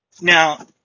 Now